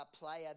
player